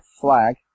flag